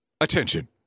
attention